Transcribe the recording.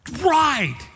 Right